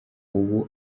ubu